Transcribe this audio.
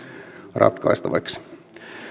ratkaistavaksi